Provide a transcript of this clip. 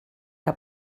que